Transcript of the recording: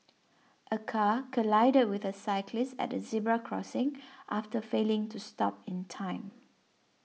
a car collided with a cyclist at the zebra crossing after failing to stop in time